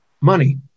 money